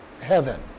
heaven